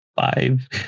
five